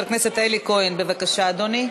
חבר הכנסת אלי כהן, בבקשה, אדוני.